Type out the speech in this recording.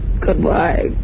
Goodbye